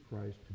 Christ